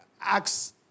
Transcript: Acts